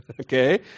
Okay